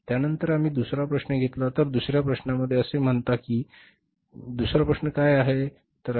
त्यानंतर आम्ही दुसरा प्रश्न घेतला तर दुसऱ्या प्रश्नामध्ये असे म्हणा की हा दुसरा प्रश्न आहे तर काय आहे दुसरा प्रश्न